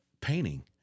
painting